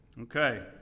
Okay